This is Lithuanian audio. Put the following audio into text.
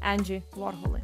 endžiui vorholui